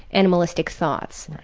animalistic thoughts,